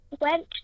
went